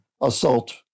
assault